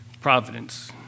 providence